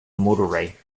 motorway